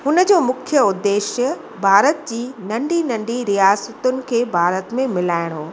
हुनजो मुख्य उद्देश्य भारत जी नंढी नंढी रियासतुनि खे भारत में मिलाइणो हो